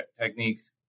techniques